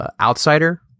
outsider